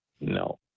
no